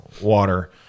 water